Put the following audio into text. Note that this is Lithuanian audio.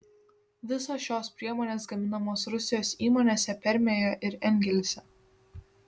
visos šios priemonės gaminamos rusijos įmonėse permėje ir engelse